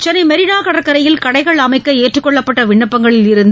சென்னை மெரிளா கடற்கரையில் கடைகள் அமைக்க ஏற்றுக்கொள்ளப்பட்ட விண்ணப்பங்களில் இருந்து